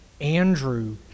Andrew